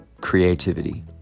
creativity